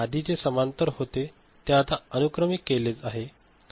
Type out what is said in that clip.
आधी जे समांतर होते ते आता अनुक्रमिक केले आहे